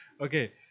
Okay